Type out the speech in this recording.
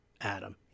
Adam